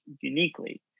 uniquely